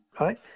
Right